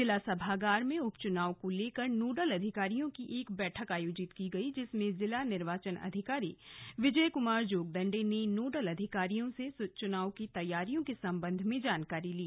जिला सभागार में उपचुनाव को लेकर नोडल अधिकारियों की एक बैठक आयोजित की गयी जिसमे जिला निर्वाचन अधिकारी विजय कुमार जोगदंडे ने नोडल अधिकारियों से चुनाव की तैयारियों के सम्बंध में जानकारी ली